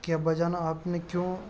کہ ابا جان آپ نے کیوں